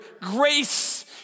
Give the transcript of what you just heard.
Grace